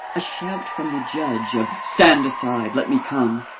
a shout from the judge of stand aside, let me come!